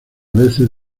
veces